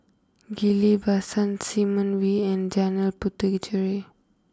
Ghillie Basan Simon Wee and Jalan Puthucheary